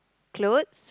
clothes